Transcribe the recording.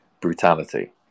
brutality